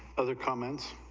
other comments